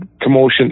commotion